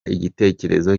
igitekerezo